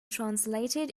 translated